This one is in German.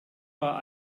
war